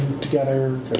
together